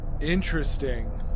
Interesting